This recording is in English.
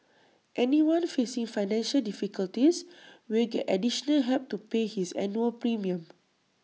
anyone facing financial difficulties will get additional help to pay his annual premium